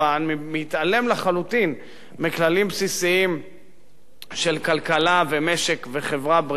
באופן מתעלם לחלוטין מכללים בסיסיים של כלכלה ומשק וחברה בריאה,